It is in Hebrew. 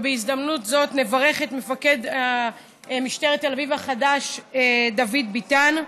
ובהזדמנות זו נברך את מפקד משטרת תל אביב החדש דוד ביטן,